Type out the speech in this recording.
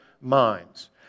minds